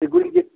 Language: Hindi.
गुड़ की